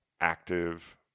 active